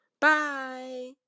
Bye